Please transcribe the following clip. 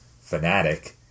fanatic